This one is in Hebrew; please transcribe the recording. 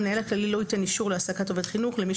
"המנהל הכללי לא ייתן אישור להעסקת עובד חינוך למי